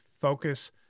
focus